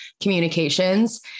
communications